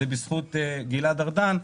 זה בזכות גלעד ארדן.